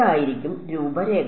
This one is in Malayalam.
ഇതായിരിക്കും രൂപരേഖ